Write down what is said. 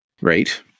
Right